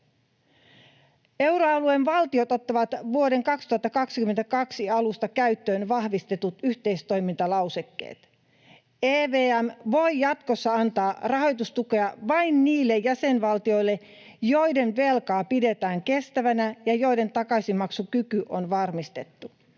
Euroalueen valtiot ottavat vuoden 2022 alusta käyttöön vahvistetut yhteistoimintalausekkeet. EVM voi jatkossa antaa rahoitustukea vain niille jäsenvaltioille, joiden velkaa pidetään kestävänä ja joiden takaisinmaksukyky on varmistettu.